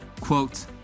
quote